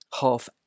Half